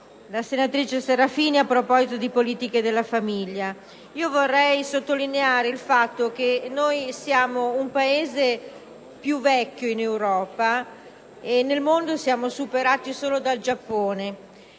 la senatrice Serafini a proposito di politiche della famiglia. Vorrei sottolineare il fatto che noi siamo il Paese più vecchio in Europa, e nel mondo siamo superati solo dal Giappone;